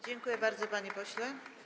Dziękuję bardzo, panie pośle.